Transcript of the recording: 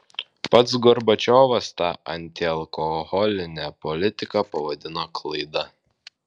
pats gorbačiovas tą antialkoholinę politiką pavadino klaida